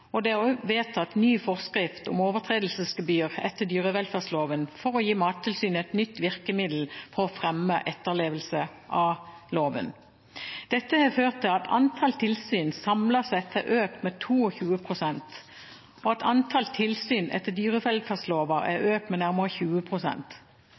Det er også vedtatt ny forskrift om overtredelsesgebyr etter dyrevelferdsloven for å gi Mattilsynet et nytt virkemiddel for å fremme etterlevelse av loven. Dette har ført til at antallet tilsyn samlet sett har økt med 22 pst., og at antallet tilsyn etter dyrevelferdsloven er økt med nærmere